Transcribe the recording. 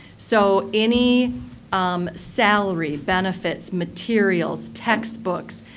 so, any um salary, benefits, materials, text books,